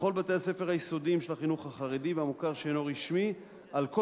בכל בתי-הספר היסודיים של החינוך החרדי והמוכר שאינו רשמי על כל